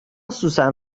سوسن